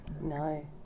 No